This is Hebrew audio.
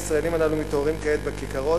הישראלים הללו מתעוררים כעת בכיכרות,